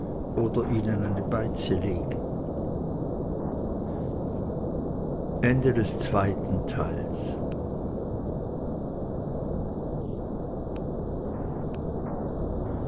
oder ihnen eine beize legen